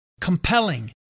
compelling